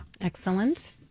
Excellent